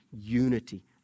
unity